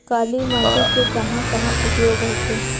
काली माटी के कहां कहा उपयोग होथे?